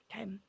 okay